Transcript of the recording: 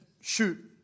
shoot